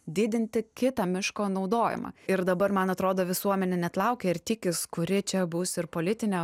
didinti kitą miško naudojimą ir dabar man atrodo visuomenė net laukia ir tikis kuri čia bus ir politinė